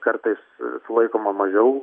kartais sulaikoma mažiau